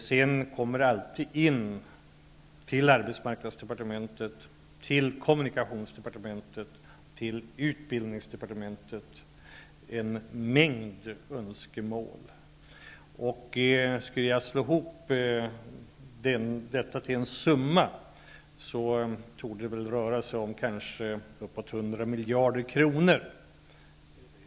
Sedan kommer det alltid en mängd önskemål till arbetsmarknadsdepartementet, till kommunikationsdepartementet och till utbildningsdepartementet, och skulle jag slå ihop dem till en summa torde det röra sig om uppåt 100 miljarder kronor.